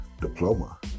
diploma